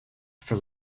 for